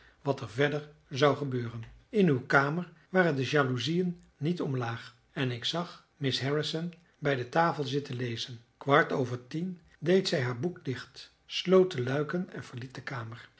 wat er verder zou gebeuren in uw kamer waren de jaloezieën niet omlaag en ik zag miss harrison bij de tafel zitten lezen kwart over tien deed zij haar boek dicht sloot de luiken en verliet de kamer